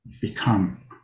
become